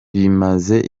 bimaze